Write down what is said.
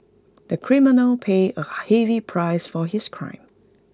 the criminal paid A heavy price for his crime